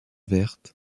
vertes